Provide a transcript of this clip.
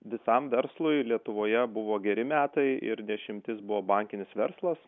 visam verslui lietuvoje buvo geri metai ir ne išimtis buvo bankinis verslas